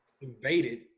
invaded